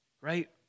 right